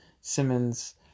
Simmons